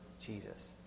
Jesus